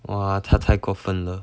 !wah! 他太过分了